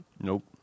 Nope